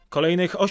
Kolejnych